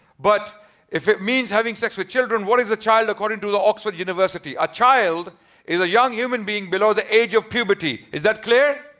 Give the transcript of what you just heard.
but if it means having sex with children, what is a child according to the oxford university. a child is a young human being below the age of puberty. is that clear?